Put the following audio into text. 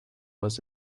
was